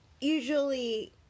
Usually